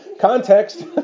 Context